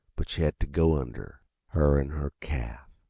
but she had t' go under her an' her calf.